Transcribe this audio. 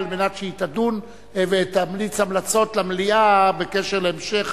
כדי שהיא תדון ותמליץ המלצות למליאה בעניין המשך